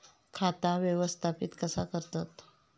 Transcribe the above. खाता व्यवस्थापित कसा करतत?